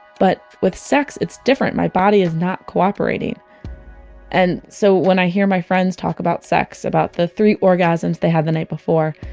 but with sex, it's different. my body is not cooperating and, so, when i hear my friends talk about sex, about the three orgasms they had the night before.